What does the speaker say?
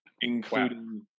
including